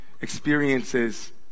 experiences